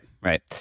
right